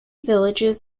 villages